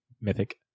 Mythic